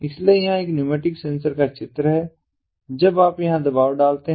इसलिए यहां एक न्यूमैटिक सेंसर का एक चित्र है जब आप यहां दबाव डालते हैं